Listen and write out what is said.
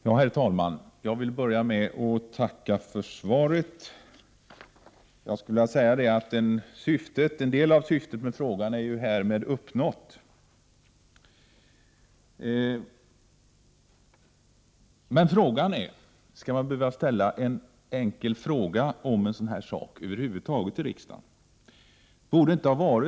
Herr talman! Jag vill börja med att tacka för svaret. En del av syftet med frågan är härmed uppnådd. Frågan är om man över huvud taget skall behöva ställa en enkel fråga i riksdagen om en sådan här sak.